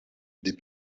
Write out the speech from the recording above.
des